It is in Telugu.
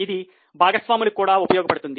ఇది భాగస్వాములకు కూడా ఉపయోగపడుతుంది